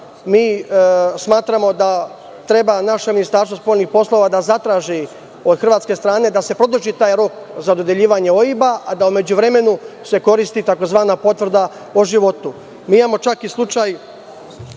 Mi smatramo da treba naše Ministarstvo spoljnih poslova da zatraži od hrvatske strane da se produži taj rok za dodeljivanje OIB, a da se u međuvremenu koristi tzv. potvrda o životu. Imamo čak i slučaj